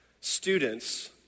students